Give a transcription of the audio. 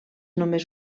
només